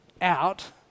out